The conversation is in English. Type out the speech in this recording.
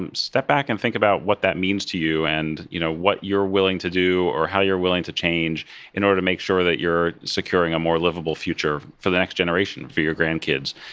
um step back and think about what that means to you and you know what you're willing to do or how you're willing to change in order to make sure that you're securing a more livable future for the next generation for your grandkids.